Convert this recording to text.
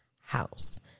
house